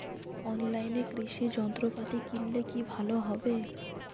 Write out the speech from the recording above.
অনলাইনে কৃষি যন্ত্রপাতি কিনলে কি ভালো হবে?